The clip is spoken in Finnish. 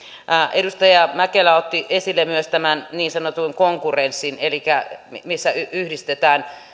edustaja mäkelä otti esille myös tämän niin sanotun konkurrenssin missä yhdistetään